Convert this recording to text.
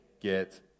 get